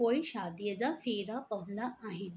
पोइ शादीअ जा फेरा पवंदा आहिनि